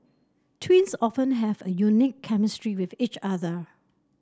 twins often have a unique chemistry with each other